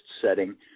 setting